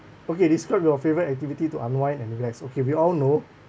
okay describe your favorite activity to unwind and relax okay we all know